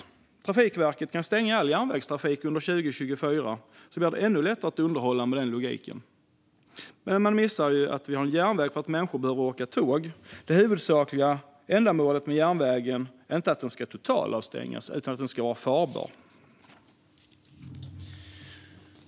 Med den logiken kan Trafikverket stänga all järnvägstrafik under 2024 så att det blir ännu lättare att underhålla. Man verkar missa att vi har en järnväg för att människor behöver åka tåg. Det huvudsakliga ändamålet med järnvägen är inte att den ska totalavstängas utan att den ska vara farbar.